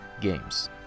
games